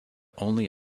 only